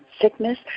sickness